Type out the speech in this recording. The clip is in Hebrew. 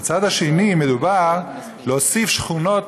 מצד שני, מדובר על להוסיף שכונות